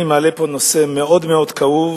אני מעלה פה נושא מאוד מאוד כאוב,